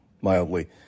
mildly